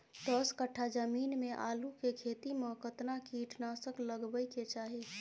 दस कट्ठा जमीन में आलू के खेती म केतना कीट नासक लगबै के चाही?